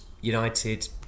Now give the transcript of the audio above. united